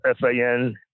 FAN